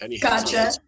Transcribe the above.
Gotcha